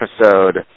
episode